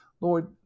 Lord